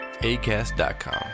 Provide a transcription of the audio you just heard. Acast.com